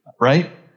right